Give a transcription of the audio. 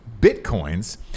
bitcoins